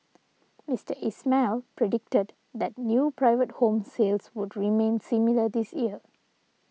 Mister Ismail predicted that new private home sales would remain similar this year